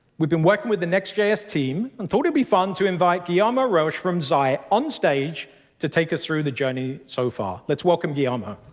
we've been working with the next js team, and thought it'd be fun to invite guillermo rauch from zeit onstage to take us through the journey so far. let's welcome guillermo.